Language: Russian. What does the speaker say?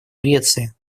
греции